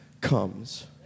comes